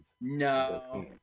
no